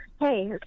Hey